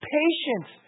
patience